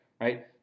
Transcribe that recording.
right